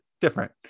different